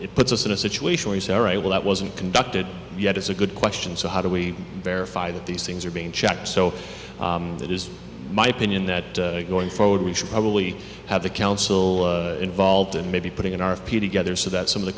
it puts us in a situation where i will that wasn't conducted yet is a good question so how do we verify that these things are being checked so that is my opinion that going forward we should probably have the council involved and maybe putting in our p d get there so that some of the